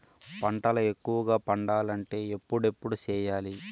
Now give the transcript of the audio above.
పంటల ఎక్కువగా పండాలంటే ఎప్పుడెప్పుడు సేయాలి?